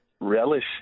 relish